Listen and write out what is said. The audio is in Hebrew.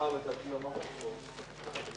והצגנו את הנושאים הקשורים במשבר הקורונה: